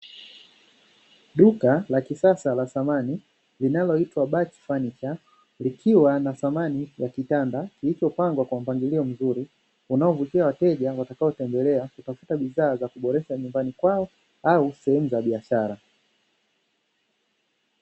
Duka la kisasa la samani linaloitwa "batch furniture", likiwa na samani ya kitanda kilichopangwa kwa mpangilio mzuri, unaovutia wateja watakao, tembelea kutafuta bidhaa za kuboresha nyumbani kwao au sehemu za biashara.